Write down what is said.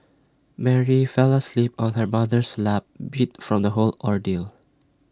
Mary fell asleep on her mother's lap beat from the whole ordeal